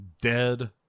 dead